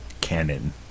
canon